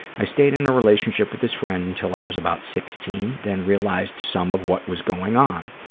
i stayed in a relationship with his friend until i was about sixteen, then realized some of what was going on.